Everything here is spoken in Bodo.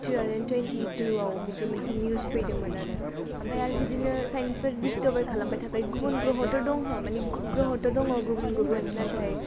टु थावजेन टुवेनटिटुआव बिदि मोनसे निउज फैदोंमोन आरो ओमफ्राय आरो बिदिनो साइन्टिस्टफोर डिसक'भार खालामबाय थाबाय गुबुन ग्रह'थ' दङ माने गुबुन गुबन नाथाय